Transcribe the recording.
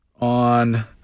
on